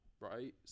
right